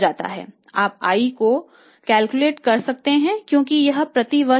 आप i को calculate कर सकते हैं क्योंकि यह प्रति वर्ष है